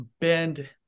bend